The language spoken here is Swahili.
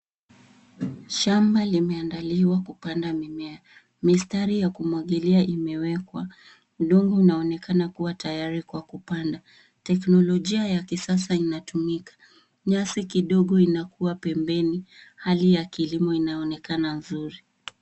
Shamba limeandaliwa kupanda mimea. Mistari ya kumwagilia imewekwa. Udongo unaonekana kuwa tayari kwa kupanda. Teknolojia ya kisasa inatumika. Nyasi kidogo inakua pembeni. Hali ya kilimo inaonekana vizuri.